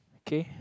okay